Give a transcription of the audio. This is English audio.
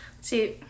See